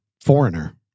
Foreigner